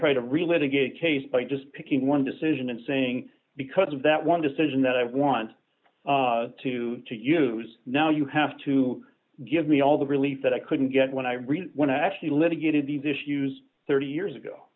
good case by just picking one decision and saying because of that one decision that i want to use now you have to give me all the relief that i couldn't get when i read when i actually litigated these issues thirty years ago